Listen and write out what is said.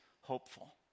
hopeful